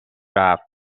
رفت